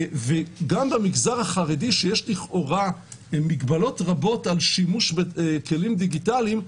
וגם במגזר החרדי שיש לכאורה מגבלות רבות על שימוש בכלים דיגיטליים,